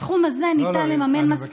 בסכום הזה ניתן לממן, לא, אני מבקש לסיים.